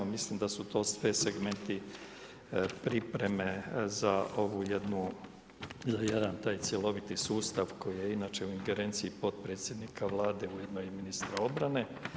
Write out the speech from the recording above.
Mislim da su to sve segmenti pripreme za jedan taj cjeloviti sustav koji je inače u ingerenciji potpredsjednika Vlada ujedno i ministra obrane.